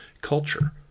culture